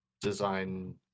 design